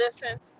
listen